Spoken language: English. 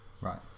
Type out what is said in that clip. Right